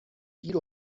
گیر